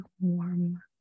warm